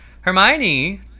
Hermione